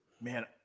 Man